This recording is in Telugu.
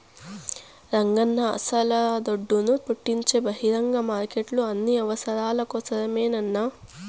రంగన్నా అస్సల దుడ్డును పుట్టించే బహిరంగ మార్కెట్లు అన్ని అవసరాల కోసరమేనన్నా